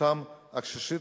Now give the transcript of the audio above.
אותם קשישים.